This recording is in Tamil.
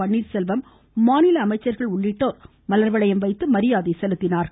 பன்னீர்செல்வம் மாநில அமைச்சர்கள் உள்ளிட்டோர் மலர்வளையம் வைத்து மரியாதை செலுத்தினர்